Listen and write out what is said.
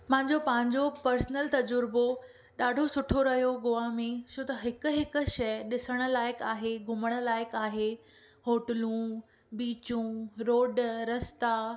मुंहिंजो पंहिंजो पर्सनल तज़ुर्बो ॾाढो सुठो रहियो गोवा में छो त हिकु हिकु शइ ॾिसणु लाइक़ु आहे घुमणु लाइक़ु आहे होटलूं बीचूं रोड रस्ता